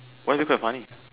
why is it quite funny